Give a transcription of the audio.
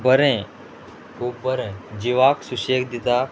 बरें खूब बरें जिवाक सुशेग दिता